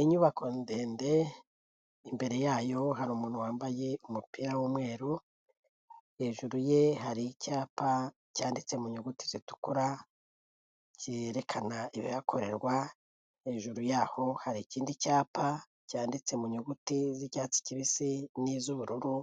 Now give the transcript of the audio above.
Inyubako ndende, imbere yayo hari umuntu wambaye umupira w'umweru hejuru ye hari icyapa cyanditse mu nyuguti zitukura, cyerekana ibihakorerwa hejuru yaho hari ikindi cyapa cyanditse mu nyuguti z'icyatsi kibisi n'iz'ubururu